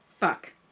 Fuck